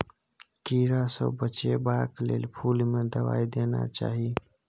कीड़ा सँ बचेबाक लेल फुल में दवाई देना चाही